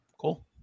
Cool